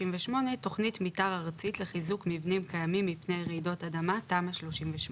תכנית מתאר ארצית לחיזוק מבנים קיימים מפני רעידות אדמה (תמ"א 38);".